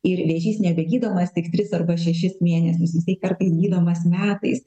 ir vėžys nebegydomas tik tris arba šešis mėnesius jisai kartais gydomas metais